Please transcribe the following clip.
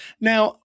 Now